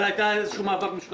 זה היה מאבק משותף.